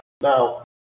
Now